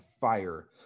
fire